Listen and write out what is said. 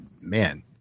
man